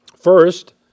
First